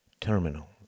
terminal